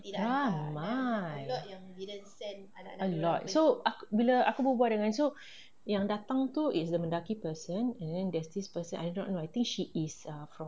ya ramai a lot so bila aku berbual dengan so yang datang tu is a mendaki person and then there's this person I do not know I think she is err from